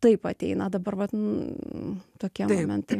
taip ateina dabar vat tokie momentai